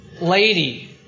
lady